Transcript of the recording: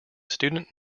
student